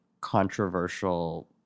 controversial